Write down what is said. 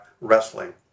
wrestling